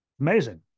Amazing